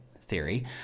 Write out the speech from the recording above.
theory